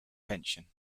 tension